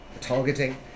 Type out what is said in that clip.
targeting